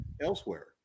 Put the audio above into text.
elsewhere